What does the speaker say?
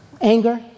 Anger